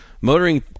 motoring